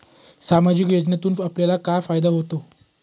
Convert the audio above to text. सामाजिक योजनेतून आपल्याला काय फायदा होतो?